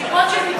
מסיבות של ביטחון.